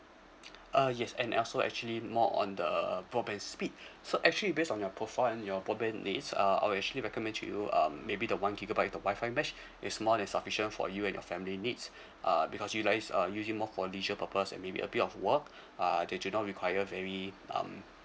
uh yes and uh also actually more on the broadband speed so actually based on your profile and your broadband needs uh I'll actually recommend you um maybe the one gigabyte the WI-FI mesh it's more than sufficient for you and your family needs uh because you guys uh usually more for leisure purpose and maybe a bit of work uh they do not require very um